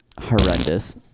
horrendous